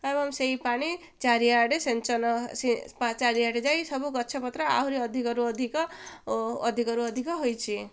ଏବଂ ସେଇ ପାଣି ଚାରିଆଡ଼େ ସିଞ୍ଚନ ଚାରିଆଡ଼େ ଯାଇ ସବୁ ଗଛପତ୍ର ଆହୁରି ଅଧିକରୁ ଅଧିକ ଅଧିକରୁ ଅଧିକ ହୋଇଛିି